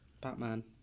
Batman